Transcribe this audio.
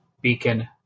beacon